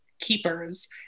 keepers